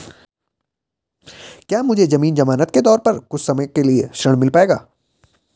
क्या मुझे ज़मीन ज़मानत के तौर पर कुछ समय के लिए ऋण मिल पाएगा?